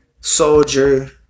soldier